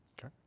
Okay